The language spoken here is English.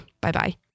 Bye-bye